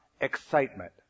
excitement